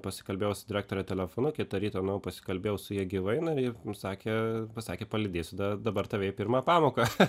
pasikalbėjau su direktore telefonu kitą rytą nuėjau pasikalbėjau su ja gyvai na ir sakė pasakė palydėsiu da dabar tave į pirmą pamoką